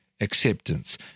acceptance